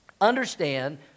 understand